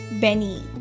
Benny